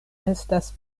estas